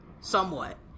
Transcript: somewhat